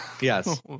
yes